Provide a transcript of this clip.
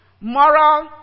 moral